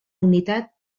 unitat